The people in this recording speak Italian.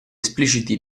espliciti